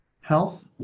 health